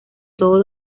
todos